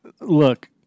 look